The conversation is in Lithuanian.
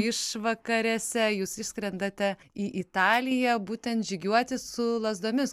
išvakarėse jūs išskrendate į italiją būtent žygiuoti su lazdomis